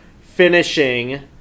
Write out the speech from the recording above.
Finishing